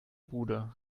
bude